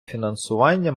фінансування